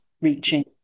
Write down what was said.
reaching